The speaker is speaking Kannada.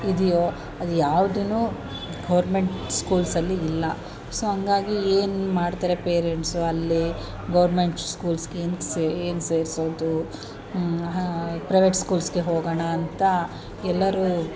ಇದೆಯೋ ಅದು ಯಾವುದನ್ನೂ ಗೌರ್ಮೆಂಟ್ ಸ್ಕೂಲ್ಸಲ್ಲಿ ಇಲ್ಲ ಸೊ ಹಂಗಾಗೀ ಏನು ಮಾಡ್ತಾರೆ ಪೆರೆಂಟ್ಸ್ ಅಲ್ಲಿ ಗೌರ್ಮೆಂಟ್ ಸ್ಕೂಲ್ಸ್ಗೇನಕ್ಕೆ ಏನು ಸೇರಿಸೋದು ಪ್ರವೇಟ್ ಸ್ಕೂಲ್ಸಿಗೆ ಹೋಗೋಣ ಅಂತ ಎಲ್ಲರೂ